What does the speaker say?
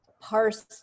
parse